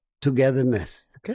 togetherness